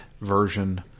version